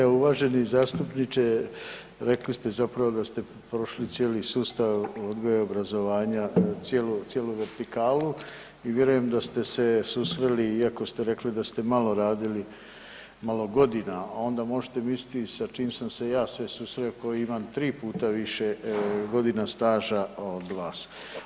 Evo uvaženi zastupniče rekli ste zapravo da ste prošli cijeli sustav odgoja i obrazovanja, cijelu vertikalu i vjerujem da ste se susreli iako ste rekli da ste malo radili, malo godina, onda možete misliti sa čim sam se ja sve susreo koji imam tri puta više godina staža od vas.